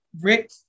rick